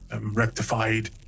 rectified